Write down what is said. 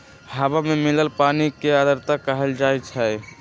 हवा में मिलल पानी के आर्द्रता कहल जाई छई